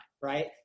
right